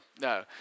No